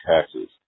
taxes